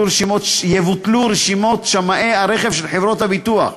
יבוטלו רשימות שמאי הרכב של חברות הביטוח,